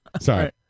Sorry